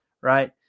right